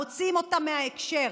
מוציאים אותה מההקשר,